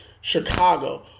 Chicago